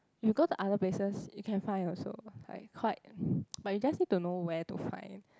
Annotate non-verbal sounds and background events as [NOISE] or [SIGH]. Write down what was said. you go to other places you can find also like quite [BREATH] but you just need to know where to find